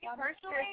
Personally